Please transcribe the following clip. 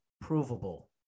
provable